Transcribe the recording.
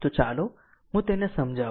તો ચાલો હું તેને સમજાવું